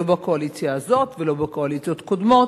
לא בקואליציה הזאת ולא בקואליציות קודמות,